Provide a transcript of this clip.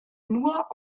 nur